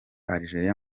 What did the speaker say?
algeria